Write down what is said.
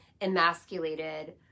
emasculated